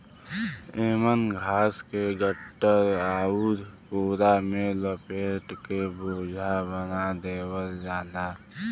एमन घास के गट्ठर आउर पोरा में लपेट के बोझा बना देवल जाला